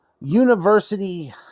university